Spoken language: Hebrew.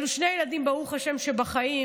אלה שני ילדים, ברוך השם, בחיים.